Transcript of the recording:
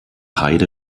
heide